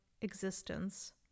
existence